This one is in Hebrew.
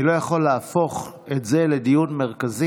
אני לא יכול להפוך את זה לדיון מרכזי.